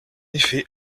effet